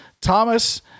Thomas